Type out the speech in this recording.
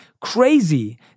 crazy